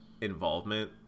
involvement